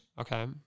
Okay